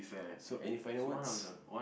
so any final words